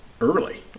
early